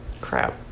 Crap